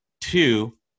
two